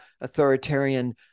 authoritarian